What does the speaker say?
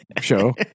show